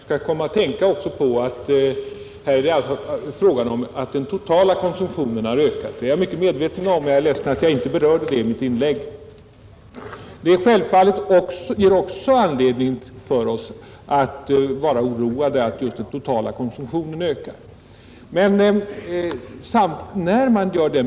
Herr talman! Herr Henmark sade att vi också måste tänka på att den totala alkoholkonsumtionen ökat. Jag är väl medveten om detta faktum även om jag inte nämnde det i mitt anförande. Denna utveckling ger oss självfallet anledning att känna oro.